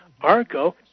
ARCO